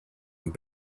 and